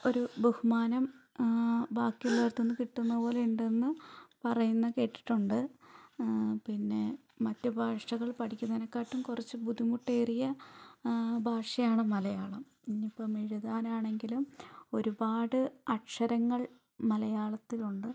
ഒരു ബഹുമാനം ബാക്കിയുള്ളയിടത്തു നിന്ന് കിട്ടുന്നതുപോലെയുണ്ടെന്ന് പറയുന്ന കേട്ടിട്ടുണ്ട് പിന്നെ മറ്റു ഭാഷകൾ പഠിക്കുന്നതിനേക്കാട്ടും കുറച്ചു ബുദ്ധിമുട്ടേറിയ ഭാഷയാണ് മലയാളം എനിയിപ്പം എഴുതാനാണെങ്കിലും ഒരുപാട് അക്ഷരങ്ങൾ മലയാളത്തിലുണ്ട്